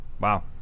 wow